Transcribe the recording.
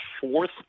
fourth